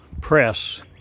press